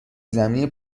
زمینی